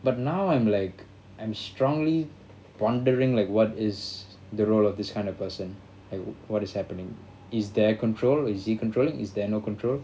but now I'm like I'm strongly wondering like what is the role of this kind of person and what is happening is their control is he controlling is there no control